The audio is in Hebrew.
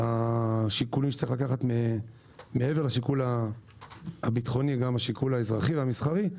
בשל העובדה שמעבר לשיקול הביטחוני ישנם שיקולים אזרחיים ומסחריים.